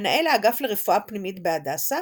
מנהל האגף לרפואה פנימית בהדסה,